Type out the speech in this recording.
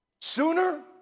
Sooner